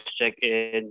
check-in